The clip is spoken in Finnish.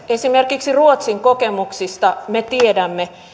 esimerkiksi ruotsin kokemuksista me tiedämme